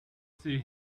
see